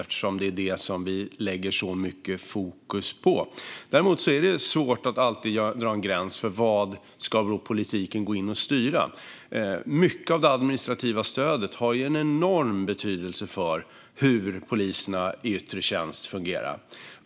Det är det som vi lägger så mycket fokus på. Däremot är det alltid svårt att dra en gräns för vad politiken ska styra. Mycket av det administrativa stödet har en enorm betydelse för hur poliserna i yttre tjänst fungerar.